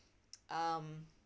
um